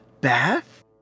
bath